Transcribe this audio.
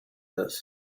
this